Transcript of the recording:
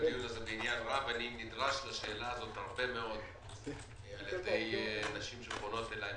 אני נדרש לשאלה הזאת הרבה מאוד על-ידי נשים שפונות אליי